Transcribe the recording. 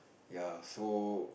ya so